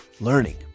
Learning